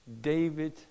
David